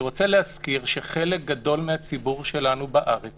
אני רוצה להזכיר שחלק גדול מהציבור שלנו בארץ